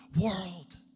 world